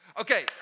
Okay